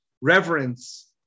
reverence